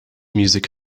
music